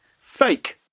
Fake